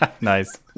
Nice